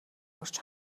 орж